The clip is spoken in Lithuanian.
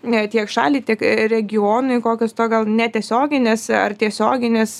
ne tiek šaliai tiek regioniui kokios to gal netiesioginės ar tiesioginės